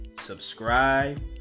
Subscribe